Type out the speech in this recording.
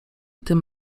tym